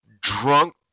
drunk